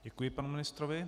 Děkuji panu ministrovi.